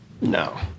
No